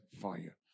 fire